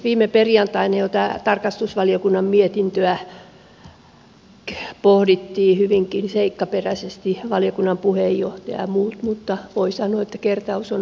viime perjantaina jo tarkastusvaliokunnan mietintöä pohdittiin hyvinkin seikkaperäisesti valiokunnan puheenjohtaja ja muut mutta voi sanoa että kertaus on opintojen äiti